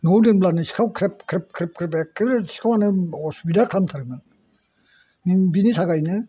न'आव दोनब्लानो सिखाव ख्रेब ख्रेब ख्रेब ख्रेब एखेबारे सिखावआनो असुबिदा खालामथारोमोन बेनि थाखायनो